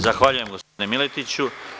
Zahvaljujem gospodine Miletiću.